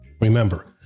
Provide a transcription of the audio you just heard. Remember